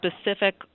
Specific